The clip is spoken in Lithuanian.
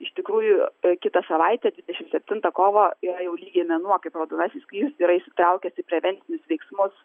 iš tikrųjų kitą savaitę dvidešimt septintą kovo yra jau lygiai mėnuo kaip raudonasis kryžius yra įsitraukęs į prevencinius veiksmus